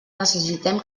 necessitem